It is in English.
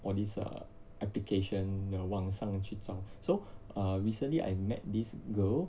all these err application 网上去找 so err recently I met this girl